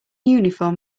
uniform